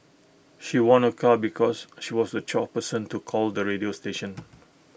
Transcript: she won A car because she was the twelfth person to call the radio station